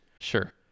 Sure